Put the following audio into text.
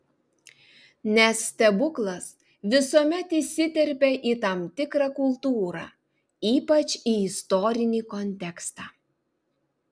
nes stebuklas visuomet įsiterpia į tam tikrą kultūrą ypač į istorinį kontekstą